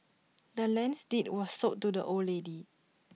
the land's deed was sold to the old lady